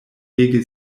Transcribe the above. ege